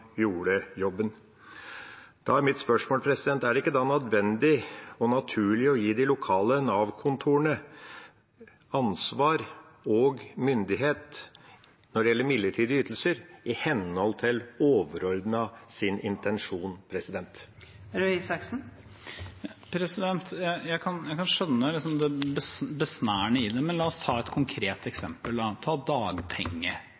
gjorde jobben. Da er mitt spørsmål: Er det ikke da nødvendig og naturlig å gi de lokale Nav-kontorene ansvar og myndighet når det gjelder midlertidige ytelser, i henhold til overordnedes intensjon? Jeg kan skjønne det besnærende i det, men la oss ta et konkret